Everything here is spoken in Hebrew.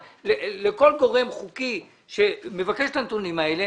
לכל גורם חוקי שמבקש את הנתונים האלה,